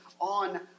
on